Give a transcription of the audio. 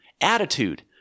Attitude